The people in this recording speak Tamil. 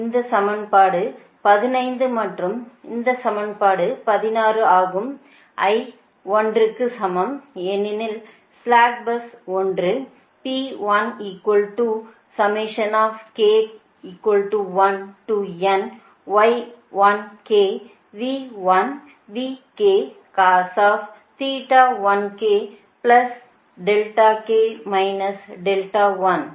இந்தசமன்பாடு 15 மற்றும் இந்த சமன்பாடு 16 ஆகும் i ஐ 1 க்கு சமம் ஏனெனில் ஸ்ளாக் பஸ் ஒன்று